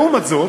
לעומת זאת,